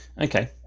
Okay